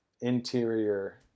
interior